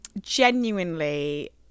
genuinely